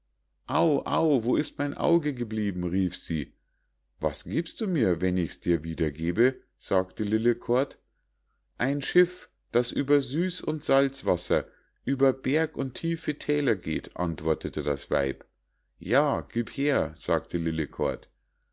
wo ist mein auge geblieben rief sie was giebst du mir wenn ich's dir wiedergebe sagte lillekort ein schiff das über süß und salzwasser über berg und tiefe thäler geht antwortete das weib ja gieb her sagte